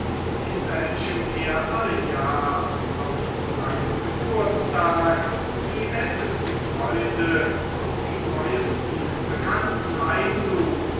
in welchem er alle jahr auf seinen geburtstag die ältesten freunde und die neusten bekannten einlud